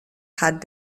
had